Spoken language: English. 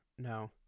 no